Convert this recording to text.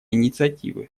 инициативы